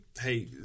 Hey